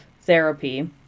therapy